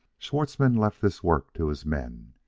schwartzmann left this work to his men.